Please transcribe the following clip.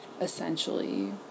essentially